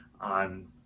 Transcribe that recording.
on